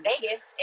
Vegas